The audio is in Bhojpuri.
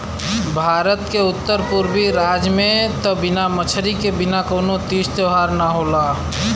भारत के उत्तर पुरबी राज में त बिना मछरी के बिना कवनो तीज त्यौहार ना होला